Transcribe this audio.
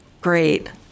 Great